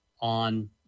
on